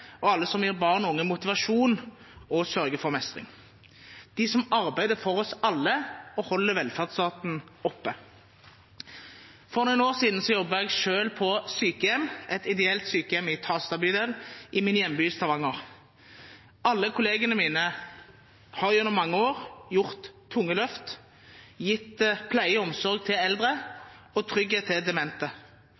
og alle som gir barn og unge motivasjon og sørger for mestring – de som arbeider for oss alle og holder velferdsstaten oppe. For noen år siden jobbet jeg selv på sykehjem, et ideelt sykehjem i Tasta bydel i min hjemby Stavanger. Alle kollegene mine har gjennom mange år gjort tunge løft, gitt pleie og omsorg til eldre